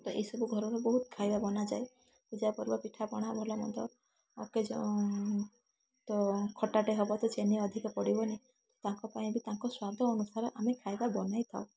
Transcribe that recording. ତ ଏ ସବୁ ଘରର ବହୁତ ଖାଇବା ବନାଯାଏ ପୂଜା ପର୍ବ ପିଠା ପଣା ଭଲ ମନ୍ଦ ଓକେଜନ୍ ତ ଖଟାଟେ ହବ ତ ଚିନି ଅଧିକ ପଡ଼ିବନି ତାଙ୍କ ପାଇଁ ବି ତାଙ୍କ ସ୍ୱାଦ ଅନୁସାରେ ଆମେ ଖାଇବା ବନାଇଥାଉ